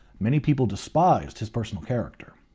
many people despised his personal character.